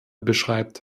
beschreibt